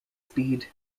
speed